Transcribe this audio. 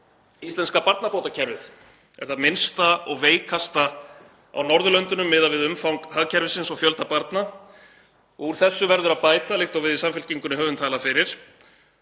Íslenska barnabótakerfið er það minnsta og veikasta á Norðurlöndunum miðað við umfang hagkerfisins og fjölda barna. Úr þessu verður að bæta, líkt og við í Samfylkingunni höfum talað fyrir.